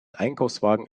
einkaufswagen